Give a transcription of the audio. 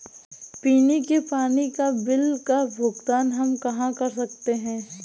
पीने के पानी का बिल का भुगतान हम कहाँ कर सकते हैं?